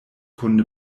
kunde